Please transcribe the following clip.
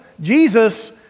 Jesus